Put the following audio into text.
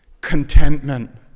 contentment